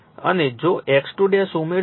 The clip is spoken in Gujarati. અને જો X2 ઉમેરશો તો તે 0